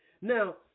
Now